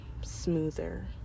smoother